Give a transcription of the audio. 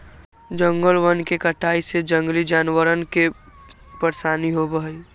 जंगलवन के कटाई से जंगली जानवरवन के परेशानी होबा हई